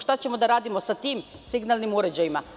Šta ćemo da radimo sa tim signalnim uređajima?